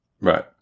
Right